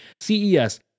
ces